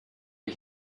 ich